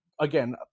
again